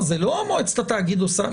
זה לא מועצת התאגיד עושה.